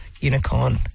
unicorn